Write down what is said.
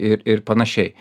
ir ir panašiai